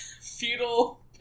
feudal